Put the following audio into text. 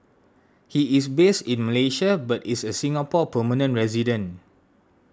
he is based in Malaysia but is a Singapore permanent resident